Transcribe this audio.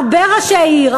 הרבה ראשי עיר,